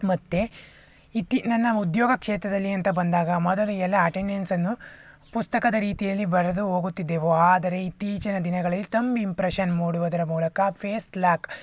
ಮತ್ತೆ ಇತ್ತಿ ನನ್ನ ಉದ್ಯೋಗ ಕ್ಷೇತ್ರದಲ್ಲಿ ಅಂತ ಬಂದಾಗ ಮೊದಲು ಎಲ್ಲ ಅಟೆಂಡೆನ್ಸನ್ನು ಪುಸ್ತಕದ ರೀತಿಯಲ್ಲಿ ಬರೆದು ಹೋಗುತ್ತಿದ್ದೆವು ಆದರೆ ಇತ್ತೀಚಿನ ದಿನಗಳೆ ತಂಬ್ ಇಂಪ್ರೆಷನ್ ಮೂಡುವುದರ ಮೂಲಕ ಫೇಸ್ ಲಾಕ್